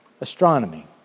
astronomy